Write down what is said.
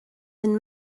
been